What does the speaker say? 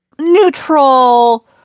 neutral